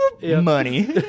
money